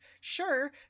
Sure